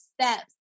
steps